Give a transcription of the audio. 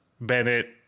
Bennett